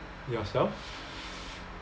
yourself